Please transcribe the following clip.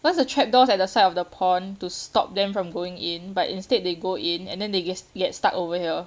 cause the trap doors at the side of the pond to stop them from going in but instead they go in and then they get get stuck over here